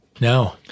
No